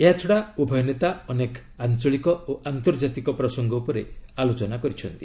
ଏହାଛଡ଼ା ଉଭୟ ନେତା ଅନେକ ଆଞ୍ଚଳିକ ଓ ଆନ୍ତର୍ଜାତିକ ପ୍ରସଙ୍ଗ ଉପରେ ଆଲୋଚନା କରିଛନ୍ତି